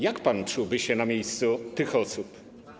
Jak pan czułby się na miejscu tych osób?